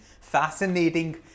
fascinating